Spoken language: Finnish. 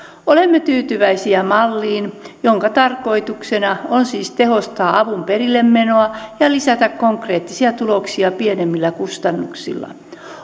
olemme tyytyväisiä malliin jonka tarkoituksena on siis tehostaa avun perillemenoa ja lisätä konkreettisia tuloksia pienemmillä kustannuksilla